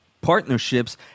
partnerships